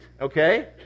Okay